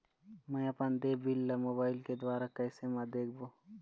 म अपन देय बिल ला मोबाइल के द्वारा कैसे म देखबो?